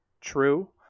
true